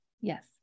Yes